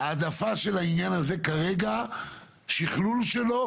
ההעדפה של העניין הזה כרגע, שכלול שלו.